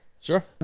Sure